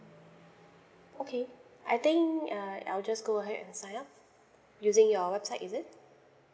okay I think uh I'll just go ahead and sign up using your website is it